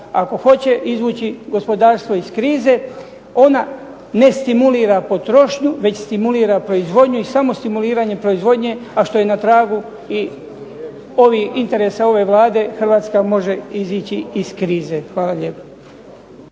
ako hoće izvući gospodarstvo iz krize ona ne stimulira potrošnju već stimulira proizvodnju i samo stimuliranjem proizvodnje, a što je na tragu i ovih, interesa ove Vlade Hrvatska može izići iz krize. Hvala lijepa.